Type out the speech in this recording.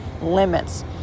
limits